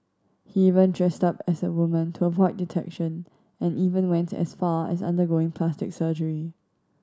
he even dressed up as a woman to avoid detection and even went as far as undergoing plastic surgery